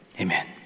amen